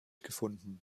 gefunden